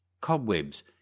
cobwebs